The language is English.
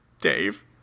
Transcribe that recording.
Dave